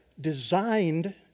designed